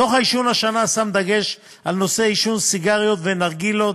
דוח העישון השנה שם דגש על נושא עישון סיגריות ונרגילות